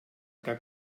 que